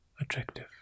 Attractive